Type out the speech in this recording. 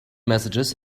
messages